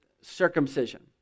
circumcision